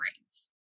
brains